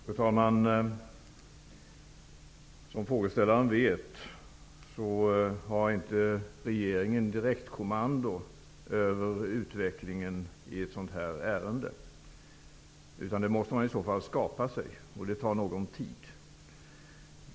Fru talman! Som frågeställaren vet har inte regeringen något direktkommando över utvecklingen i ett sådant här ärende. Det måste man i så fall skapa sig, vilket tar tid.